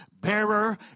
bearer